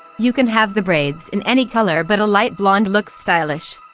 you can have the braids in any color but a light blonde looks stylish.